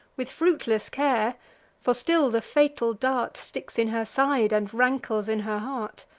with fruitless care for still the fatal dart sticks in her side, and rankles in her heart.